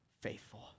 faithful